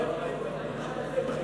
שנצטרף להתנגדות שלכם?